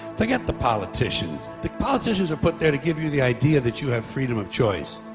forget the politicians the politicians are put there to give you the idea that you have freedom of choice.